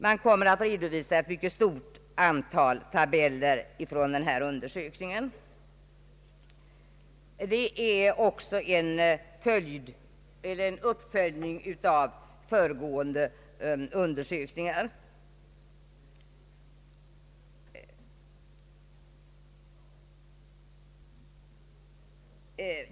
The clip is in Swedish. Man kommer att redovisa ett mycket stort antal tabeller från denna undersökning, som är en uppföljning av föregående undersökningar.